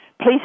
Please